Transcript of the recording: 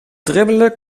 dribbelen